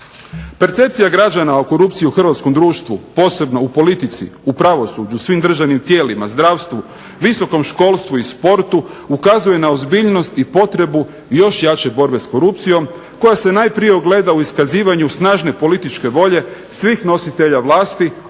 Percepcija građana o korupciji u hrvatskom društvu posebno u politici, u pravosuđu, svim državnim tijelima, zdravstvu, visokom školstvu i sportu ukazuje na ozbiljnost i potrebu još jače borbe s korupcijom koja se najprije ogleda u iskazivanju snažne političke volje svih nositelja vlasti,